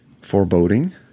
Foreboding